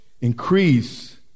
increase